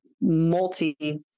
multi